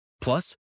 Plus